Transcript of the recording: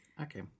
Okay